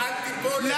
לא, לא.